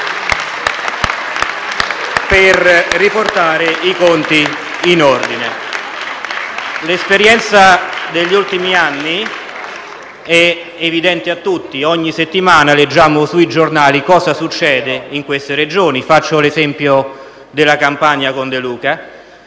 *(Applausi dal Gruppo M5S)*. L'esperienza degli ultimi anni è evidente a tutti, ogni settimana leggiamo sui giornali cosa succede in queste Regioni: faccio l'esempio della Campania, con De Luca,